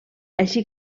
així